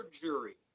jury